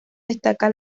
destaca